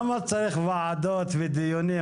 למה צריך ועדות ודיונים,